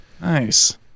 Nice